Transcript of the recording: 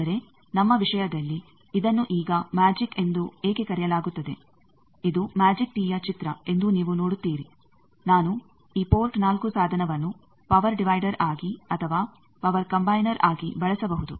ಆದರೆ ನಮ್ಮ ವಿಷಯದಲ್ಲಿ ಇದನ್ನು ಈಗ ಮ್ಯಾಜಿಕ್ ಎಂದೂ ಏಕೆ ಕರೆಯಲಾಗುತ್ತದೆ ಇದು ಮ್ಯಾಜಿಕ್ ಟೀಯ ಚಿತ್ರ ಎಂದೂ ನೀವು ನೋಡುತ್ತೀರಿ ನಾನು ಈ ಪೋರ್ಟ್ 4 ಸಾಧನವನ್ನು ಪವರ್ ಡಿವೈಡರ್ ಆಗಿ ಅಥವಾ ಪವರ್ ಕಂಬೈನರ್ ಆಗಿ ಬಳಸಬಹುದು